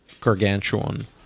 gargantuan